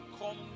come